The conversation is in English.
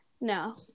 No